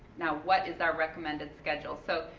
now what is our recommended schedule, so,